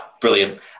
Brilliant